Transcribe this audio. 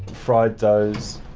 fried doughs.